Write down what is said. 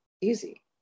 easy